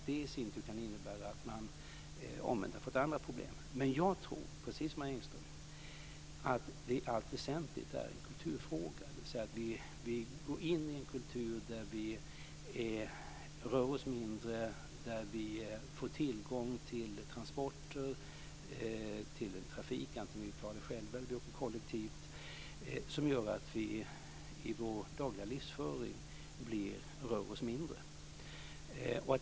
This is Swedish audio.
Det i sin tur kan innebära att man har fått ett annat problem. Men jag tror - precis som Marie Engström - att det i allt väsentligt är en kulturfråga. Vi har gått in i en kultur där vi rör oss mindre och har tillgång till transporter som gör att vi i vår dagliga livsföring blir mindre rörliga.